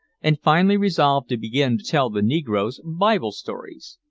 and finally resolved to begin to tell the negroes bible stories.